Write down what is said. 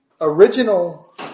original